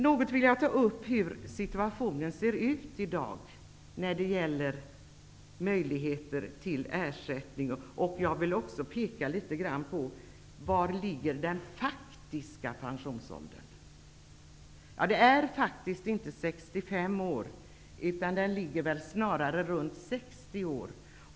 Jag vill också säga något om hur situationen ser ut i dag när det gäller möjligheter till ersättning. Jag vill också peka på var den faktiska pensionsåldern ligger. Den är faktiskt inte 65 år, utan runt 60 år.